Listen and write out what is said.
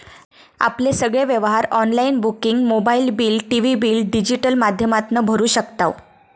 आपले सगळे व्यवहार online booking mobile bill, TV bill digital माध्यमातना भरू शकताव